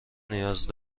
نیاز